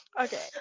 Okay